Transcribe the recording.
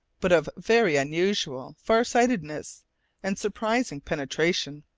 but of very unusual far-sightedness and surprising penetration,